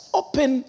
open